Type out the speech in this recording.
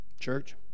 Church